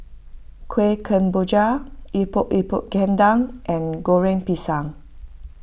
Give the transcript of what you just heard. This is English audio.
Kueh Kemboja Epok Epok Kentang and Goreng Pisang